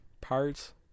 parts